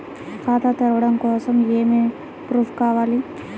ఖాతా తెరవడం కొరకు ఏమి ప్రూఫ్లు కావాలి?